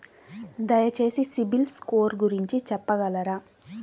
దయచేసి CIBIL score గురించి చెప్పగలరా?